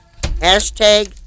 Hashtag